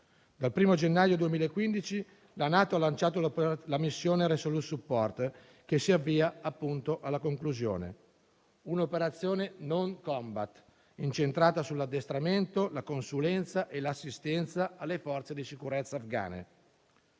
Dal primo gennaio 2015, la NATO ha lanciato la missione Resolute support, che si avvia appunto alla conclusione. È un'operazione non-combat, incentrata sull'addestramento, la consulenza e l'assistenza alle forze di sicurezza afghane.